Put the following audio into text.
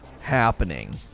happening